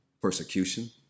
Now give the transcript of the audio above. persecution